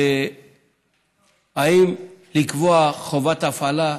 האם לקבוע חובת הפעלה?